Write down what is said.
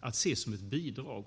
att ses som ett bidrag.